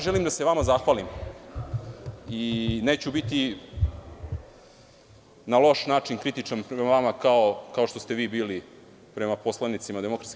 Želim da se vama zahvalim i neću biti na loš način kritičan prema vama, kao što ste vi bili prema poslanicima DS.